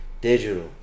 digital